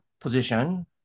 position